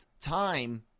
time